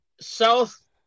south